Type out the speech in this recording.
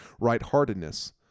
right-heartedness